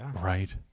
Right